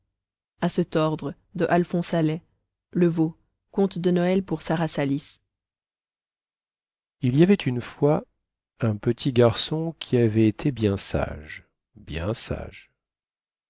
le veau conte de noël pour sara salis il y avait une fois un petit garçon qui avait été bien sage bien sage